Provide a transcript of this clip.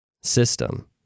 system